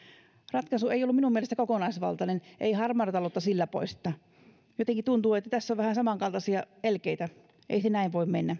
ratkaisu ei ollut minun mielestäni kokonaisvaltainen ei harmaata taloutta sillä poisteta jotenkin tuntuu että tässä on vähän samankaltaisia elkeitä ei se näin voi mennä